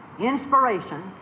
Inspiration